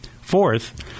Fourth